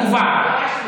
הקובעת.